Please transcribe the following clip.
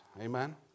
Amen